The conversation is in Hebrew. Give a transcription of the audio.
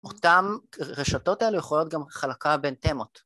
אותן רשתות האלה יכולות גם חלקה בין תמות.